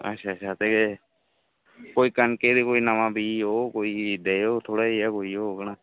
अच्छा अच्छा ते कोई कनके दा कोई नमां बी औग कोई देयो कोई थोह्ड़ा जेहा होग